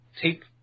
tape